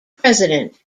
president